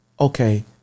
okay